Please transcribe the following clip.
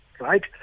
right